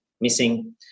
missing